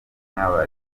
nk’aba